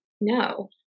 no